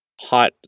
hot